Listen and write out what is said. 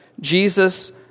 Jesus